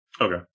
Okay